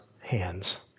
hands